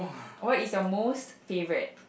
what is your most favourite